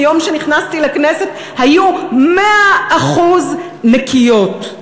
מיום שנכנסתי לכנסת היו מאה אחוז נקיות.